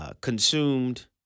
Consumed